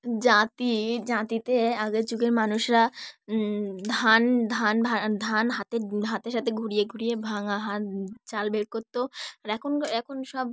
যাঁতি যাঁতিতে আগের যুগের মানুষরা ধান ধান ধান হাতের হাতের সাথে ঘুরিয়ে ঘুরিয়ে ভাঙা হাত চাল বের করত আর এখন এখন সব